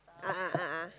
a'ah a'ah